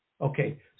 Okay